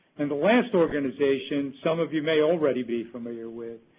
and the last organization, some of you may already be familiar with,